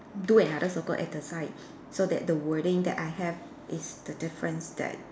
do another circle at the side so that the wording that I have is the difference that